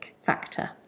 factor